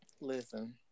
Listen